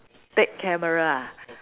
take camera ah